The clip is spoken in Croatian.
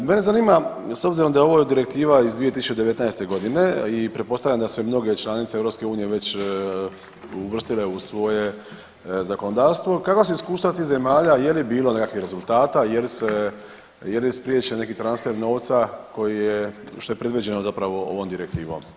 Mene zanima s obzirom da je ovo direktiva iz 2019. godine i pretpostavljam da se mnoge članice EU već uvrstile u svoje zakonodavstvo, kakva su iskustva tih zemalja, je li bilo nekakvih rezultata, je li spriječen neki transfer novca koji je, što je predviđeno zapravo ovom direktivom.